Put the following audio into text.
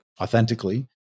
authentically